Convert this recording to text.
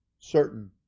certain